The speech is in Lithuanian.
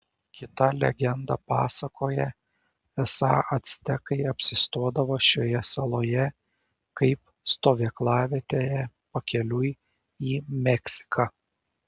kita legenda pasakoja esą actekai apsistodavo šioje saloje kaip stovyklavietėje pakeliui į meksiką